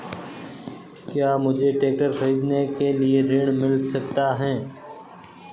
क्या मुझे ट्रैक्टर खरीदने के लिए ऋण मिल सकता है?